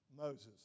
Moses